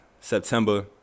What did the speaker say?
September